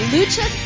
Lucha